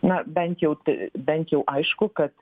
na bent jau tai bent jau aišku kad